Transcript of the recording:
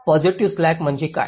positive slack म्हणजे काय